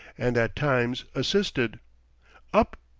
and at times assisted up,